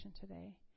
today